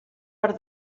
per